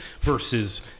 versus